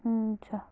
हुन्छ